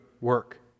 work